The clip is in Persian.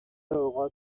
اوقات